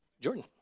Jordan